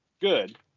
good